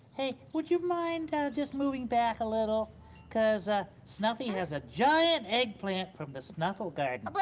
hey, would you mind just moving back a little cause ah snuffy has a giant eggplant from the snuffle garden. but